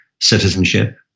citizenship